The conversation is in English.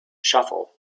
shuffle